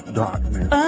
darkness